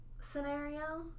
scenario